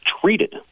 treated